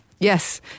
Yes